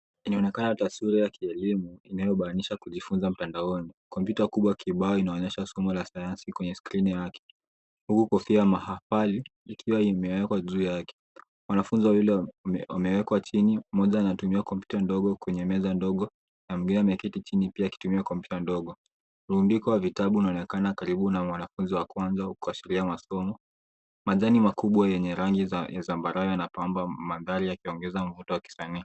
Inaonekana taswira ya kielimu inayomaanisha kujifunza mtandaoni. Kompyuta kubwa ya kibao inaonyesha somo la sayansi kwenye skrini yake, huku kofia mahafali ikiwa imewekwa juu yake. Wanafunzi wawili wamewekwa chini, mmoja anatumia kompyuta ndogo kwenye meza ndogo na mwingine ameketi chini pia akitumia kompyuta ndogo. Mrundiko wa vitabu unaonekana karibu na mwanafunzi wa kwanza kuashiria masomo. Majani makubwa yenye rangi za zambarau yanapamba mandhari yakiongeza mvuto wa kisanii.